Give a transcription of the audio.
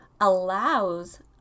allows